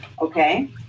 okay